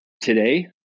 today